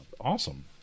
awesome